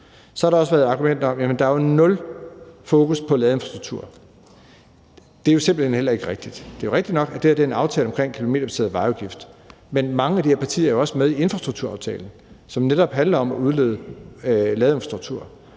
Så har der også været et argument om, at der er nul fokus på ladeinfrastruktur. Det er jo simpelt hen heller ikke rigtigt. Det er rigtigt nok, at det her er en aftale omkring kilometerbaseret vejafgift, men mange af de her partier er jo også med i infrastrukturaftalen, som netop handler om at udvikle en ladeinfrastruktur.